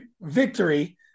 victory